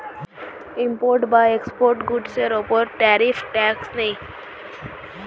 imported বা exported গুডসের উপর ট্যারিফ ট্যাক্স নেয়